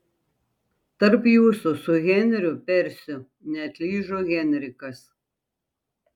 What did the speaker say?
tarp jūsų su henriu persiu neatlyžo henrikas